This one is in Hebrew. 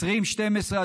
2020,